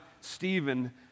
Stephen